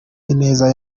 ineza